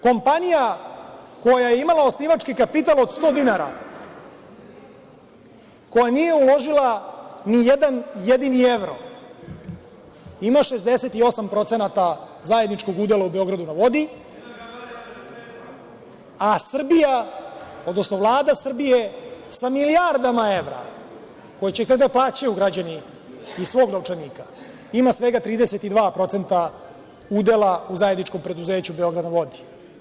Kompanija koja je imala osnivački kapital od 100 dinara, koja nije uložila ni jedan jedini evro, ima 68% zajedničkog udela u „Beogradu na vodi“, a Srbija, odnosno Vlada Srbije sa milijardama evra, koje će tek da plaćaju građani iz svog novčanika, ima svega 32% udela u zajedničkom preduzeću „Beograd na vodi“